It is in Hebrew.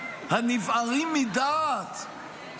הנבערים מדעת,